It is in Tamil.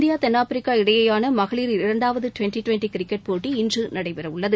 இந்தியா தென்னாப்பிரிக்கா இடையேயான மகளிர் இரண்டாவது டிவென்டி டிவென்டி கிரிக்கெட் போட்டி இன்று நடைபெறவுள்ளது